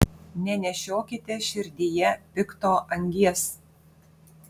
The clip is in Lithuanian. nenešiokite širdyje pikto angies